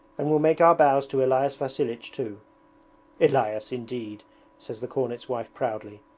and we'll make our bows to elias vasilich too elias, indeed says the cornet's wife proudly.